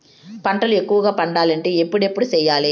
పంటల ఎక్కువగా పండాలంటే ఎప్పుడెప్పుడు సేయాలి?